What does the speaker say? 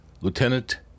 Lieutenant